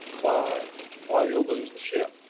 why why, you'll lose the ship!